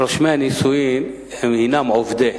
רושמי הנישואים הינם עובדי